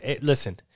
Listen